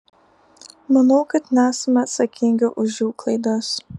manau kad nesame atsakingi už jų klaidas